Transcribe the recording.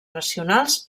nacionals